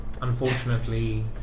unfortunately